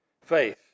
faith